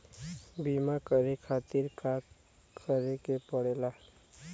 बीमा करे खातिर का करे के पड़ेला?